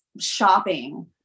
shopping